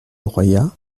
royat